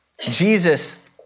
Jesus